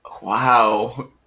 Wow